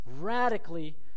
radically